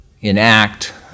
enact